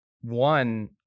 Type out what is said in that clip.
one